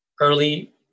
early